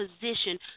position